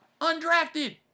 Undrafted